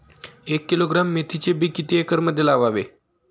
एक किलोग्रॅम मेथीचे बी किती एकरमध्ये लावावे?